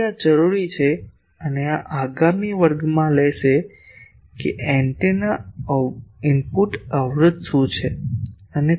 તેથી આ જરૂરી છે અને આ આગામી વર્ગમાં લેશે કે એન્ટેના ઇનપુટ અવરોધ શું છે